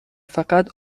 فقط